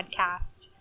podcast